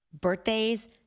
birthdays